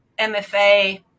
MFA